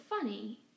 funny